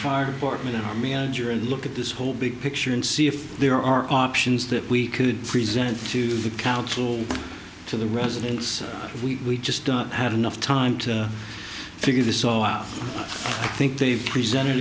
fire department and our manager and look at this whole big picture and see if there are options that we could present to the council to the residents we just don't have enough time to figure this all out i think they've presented